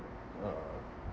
uh